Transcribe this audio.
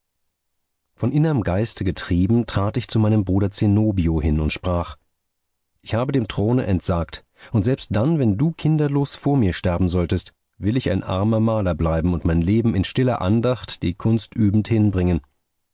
von innerm geiste getrieben trat ich zu meinem bruder zenobio und sprach ich habe dem throne entsagt und selbst dann wenn du kinderlos vor mir sterben solltest will ich ein armer maler bleiben und mein leben in stiller andacht die kunst übend hinbringen